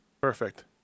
Perfect